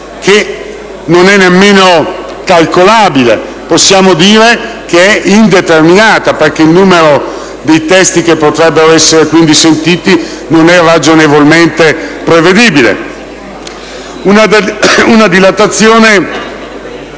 che non è nemmeno calcolabile. Possiamo dire che è indeterminata perché il numero dei testimoni che potrebbero essere sentiti non è ragionevolmente prevedibile.